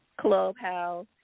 Clubhouse